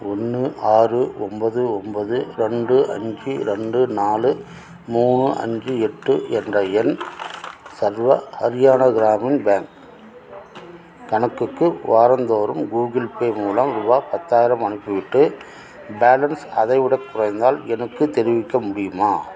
ஒன்று ஆறு ஒம்போது ஒம்போது ரெண்டு அஞ்சு ரெண்டு நாலு மூணு அஞ்சு எட்டு என்ற என் சர்வ ஹரியானா கிராமின் பேங்க் கணக்குக்கு வாரந்தோறும் கூகிள் பே மூலம் ரூபாய் பத்தாயிரம் அனுப்பிவிட்டு பேலன்ஸ் அதைவிடக் குறைந்தால் எனக்குத் தெரிவிக்க முடியுமா